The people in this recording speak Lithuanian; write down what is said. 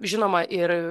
žinoma ir